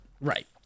Right